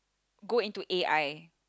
go into A_I